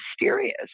mysterious